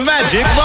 Magic